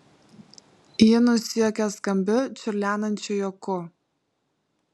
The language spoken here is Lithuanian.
ji nusijuokė skambiu čiurlenančiu juoku